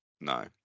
No